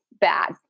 bad